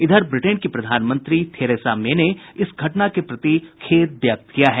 इधर ब्रिटेन की प्रधानमंत्री थेरेसा मे ने इस घटना के प्रति खेद प्रकट किया है